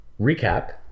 Recap